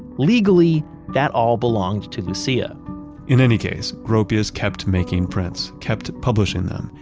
legally that all belonged to lucia in any case, gropius kept making prints, kept publishing them,